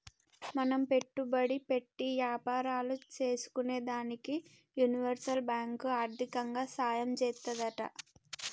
మనం పెట్టుబడి పెట్టి యాపారాలు సేసుకునేదానికి యూనివర్సల్ బాంకు ఆర్దికంగా సాయం చేత్తాదంట